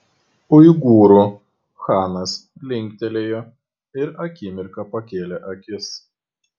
uigūrų chanas linktelėjo ir akimirką pakėlė akis